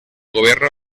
gobierno